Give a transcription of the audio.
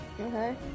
Okay